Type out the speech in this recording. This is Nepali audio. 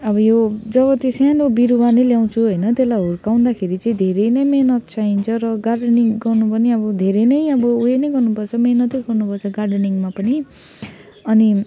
अब यो जब त्यो सानो बिरुवा नै ल्याउँछु होइन त्यसलाई हुर्काउँदाखेरि चाहिँ धेरै नै मिहिनेत चाहिन्छ र गार्डेनिङ गर्नु पनि अब धेरै नै अब उयो नै गर्नुपर्छ मिहिनेतै गर्नुपर्छ गार्डेनिङमा पनि अनि